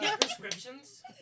Prescriptions